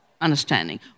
understanding